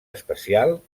especial